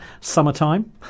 summertime